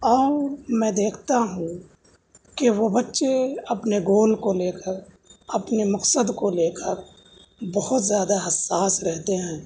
اور میں دیکھتا ہوں کہ وہ بچے اپنے گول کو لے کر اپنے مقصد کو لے کر بہت زیادہ حساس رہتے ہیں